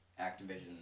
Activision